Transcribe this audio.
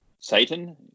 Satan